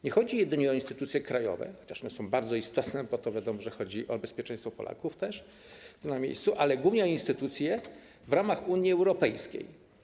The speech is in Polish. Nie chodzi jedynie o instytucje krajowe, chociaż one są bardzo istotne, bo wiadomo, że chodzi też o bezpieczeństwo Polaków tu na miejscu, ale głównie o instytucje w ramach Unii Europejskiej.